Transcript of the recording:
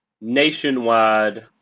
nationwide